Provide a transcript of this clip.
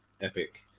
Epic